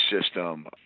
system